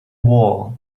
war